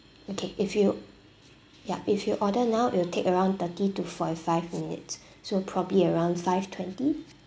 okay if you yup if you order now it will take around thirty to forty five minutes so probably around five twenty